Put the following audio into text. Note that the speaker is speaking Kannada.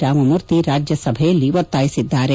ರಾಮಮೂರ್ತಿ ರಾಜ್ಯಸಭೆಯಲ್ಲಿ ಒತ್ತಾಯಿಸಿದ್ದಾರೆ